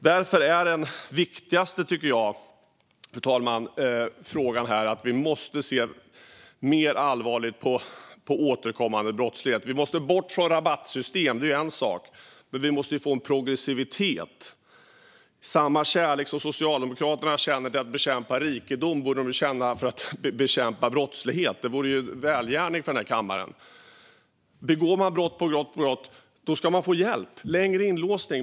Därför är den viktigaste frågan att vi måste se mer allvarligt på återkommande brottslighet. Vi måste bort från rabattsystem. Det är en sak. Sedan måste vi få en progressivitet. Samma kärlek som Socialdemokraterna känner för att bekämpa rikedom borde de känna för att bekämpa brottslighet. Det vore en välgärning för denna kammare. De som begår brott efter brott ska få hjälp och längre inlåsning.